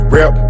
Rep